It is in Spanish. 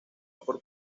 por